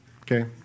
okay